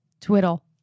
Twiddle